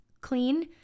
clean